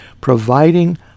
providing